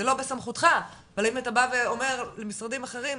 זה לא בסמכותך אבל האם אתה בא ואומר למשרדים אחרים,